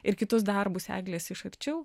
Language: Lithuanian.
ir kitus darbus eglės iš arčiau